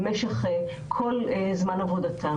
אבל בדרך כלל אין להם שם פעילויות במחלקות האלה.